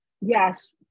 yes